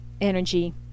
energy